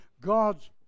God's